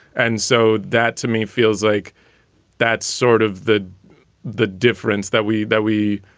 and so that to me feels like that's sort of the the difference that we that we